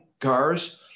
cars